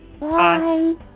Bye